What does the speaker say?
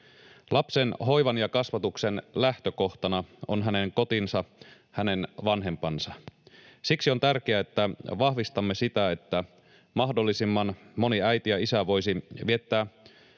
Lapsen hoivan ja kasvatuksen lähtökohtana on hänen kotinsa, hänen vanhempansa. Siksi on tärkeää, että vahvistamme sitä, että mahdollisimman moni äiti ja isä voisi viettää